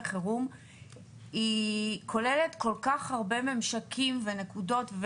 חירום כוללת כל כך הרבה ממשקים ונקודות,